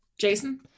Jason